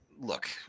look